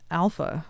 alpha